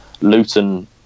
Luton